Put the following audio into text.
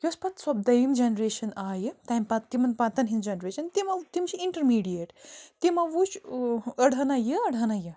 یۄس پتہٕ سۄ دوٚیِم جنریشَن آیہِ تَمہِ پتہٕ تِمن پتہٕ ہنٛز جنریشَن تِمو تِم چھِ انٹَرمیٖڈیٹ تِمو وُچھ ٲں أڑ ہنا یہٕ أڑ ہنا یہِ